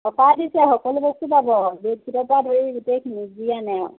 সকাহ দিছে সকলো বস্তু পাব বেডশ্বিটৰ পৰা ধৰি গোটেইখিনি যি আনে আৰু